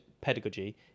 pedagogy